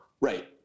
Right